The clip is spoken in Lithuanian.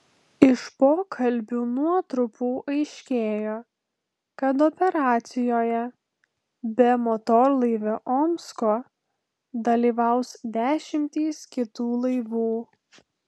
iš pokalbių nuotrupų aiškėjo kad operacijoje be motorlaivio omsko dalyvaus dešimtys kitų laivų